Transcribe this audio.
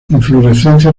inflorescencia